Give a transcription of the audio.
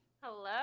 Hello